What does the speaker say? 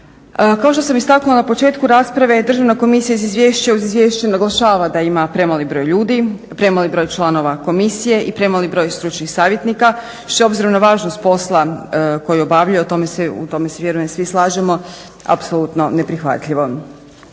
Kao što sam istaknula na početku rasprave Državna komisija uz izvješće naglašava da ima premali broj ljudi, premali broj članova komisije i premali broj stručnih savjetnika što je obzirom na važnost posla koji obavljaju, u tome se vjerujem svi slažemo, apsolutno neprihvatljivo.